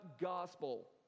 gospel